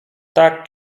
tak